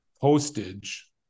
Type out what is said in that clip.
postage